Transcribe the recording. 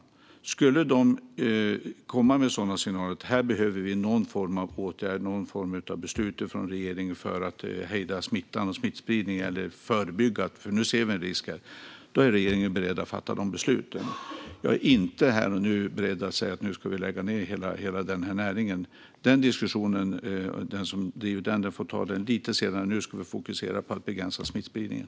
Skulle de komma med signaler om att det behövs någon form av åtgärd eller beslut från regeringen för att hejda smittspridningen, eller för att förebygga om de ser en risk, är regeringen beredd att fatta sådana beslut. Jag är inte här och nu beredd att säga att vi ska lägga ned hela denna näring. Den som driver denna diskussion får ta det lite senare; nu ska vi fokusera på att begränsa smittspridningen.